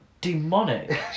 demonic